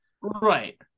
Right